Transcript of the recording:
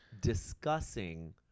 discussing